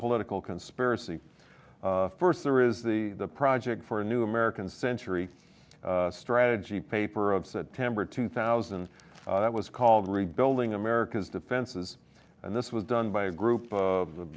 political conspiracy first there is the project for a new american century strategy paper of september two thousand that was called rebuilding america's defenses and this was done by a group of